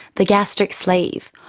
the gastric sleeve,